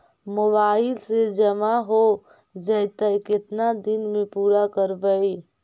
Mobile से जामा हो जैतय, केतना दिन में पुरा करबैय?